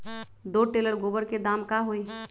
दो टेलर गोबर के दाम का होई?